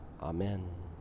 Amen